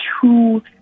two